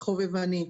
באופן חובבני.